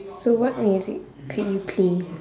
so what music could you play